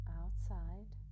outside